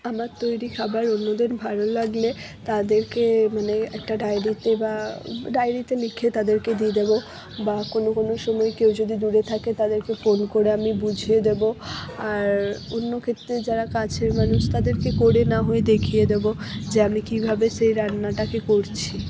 আমার তৈরি খাবার অন্যদের ভালো লাগলে তাদেরকে মানে একটা ডায়েরিতে বা ডায়েরিতে লিখে তাদেরকে দিয়ে দেব বা কোনো কোনো সময় কেউ যদি দূরে থাকে তাদেরকে ফোন করে আমি বুঝিয়ে দেব আর অন্য ক্ষেত্রে যারা কাছের মানুষ তাদেরকে করে না হয়ে দেখিয়ে দেব যে আমি কীভাবে সেই রান্নাটাকে করছি